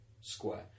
square